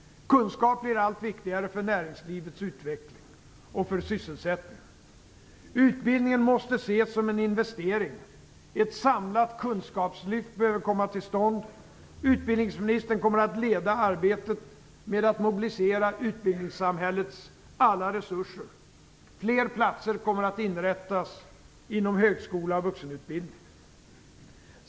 Kunskap blir allt viktigare för näringslivets utveckling och för sysselsättningen. Utbildningen måste ses som en investering. Ett samlat kunskapslyft behöver komma till stånd. Utbildningsministern kommer att leda arbetet med att mobilisera utbildningssamhällets alla resurser. Fler platser kommer att inrättas inom högskola och vuxenutbildning.